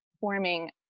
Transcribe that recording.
forming